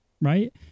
right